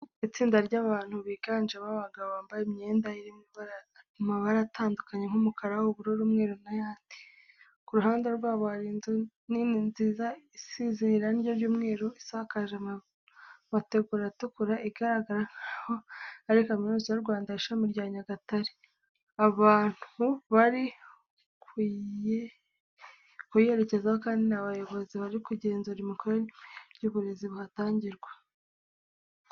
Itsinda ry'abantu biganjemo abagabo, bambaye imyenda iri mu mabara atandukanye nk'umukara, ubururu, umweru n'ayandi. Ku ruhande rwabo hari inzu nini nziza isize irange ry'umweru isakaje amategura atukura, igaragara nk'aho ari kaminuza y'u Rwanda ishami rya Nyagatare. Aba bantu bari kuyerekezaho kandi ni abayobozi bari kugenzura imikorere n'ireme ry'uburezi buhatangirwa.